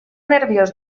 nerviós